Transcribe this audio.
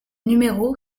numéro